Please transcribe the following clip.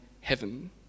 heaven